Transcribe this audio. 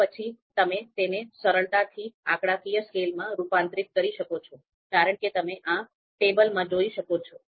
તો પછી તમે તેને સરળતાથી આંકડાકીય સ્કેલમાં રૂપાંતરિત કરી શકો છો કારણ કે તમે આ ટેબલમાં જોઈ શકો છો